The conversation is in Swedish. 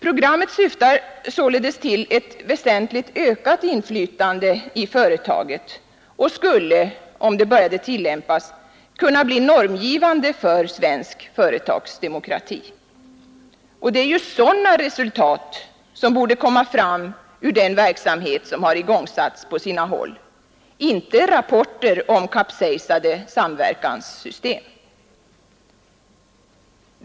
Programmet syftar således till ett väsentligt ökat inflytande i företaget och skulle — om det började tillämpas — kunna bli normgivande för svensk företagsdemokrati. Det är just sådana resultat som borde komma fram ur den verksamhet som har igångsatts på sina håll — inte rapporter om kapsejsade samverkanssystem.